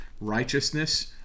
righteousness